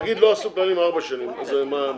נגיד שלא עשו כללים ארבע שנים, אז מה קורה?